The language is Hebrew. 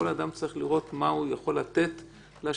כל אדם צריך לראות מה הוא יכול לתת לשני,